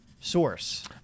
source